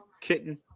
Kitten